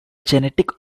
genetic